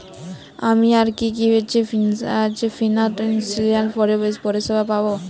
আমি আর কি কি ফিনান্সসিয়াল পরিষেবা পাব?